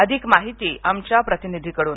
अधिक माहिती आमच्या प्रतिनिधीकडून